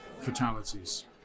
fatalities